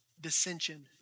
dissension